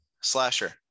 Slasher